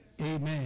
amen